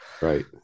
right